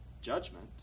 Judgment